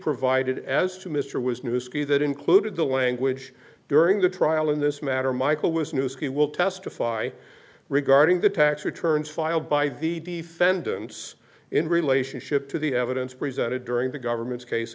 provided as to mr was new ski that included the language during the trial in this matter michael was new screen will testify regarding the tax returns filed by the defendants in relationship to the evidence presented during the government's case